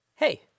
Hey